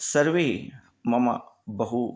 सर्वे मम बहु